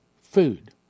food